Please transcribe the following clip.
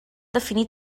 definir